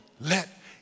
let